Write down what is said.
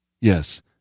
yes